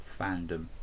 fandom